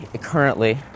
currently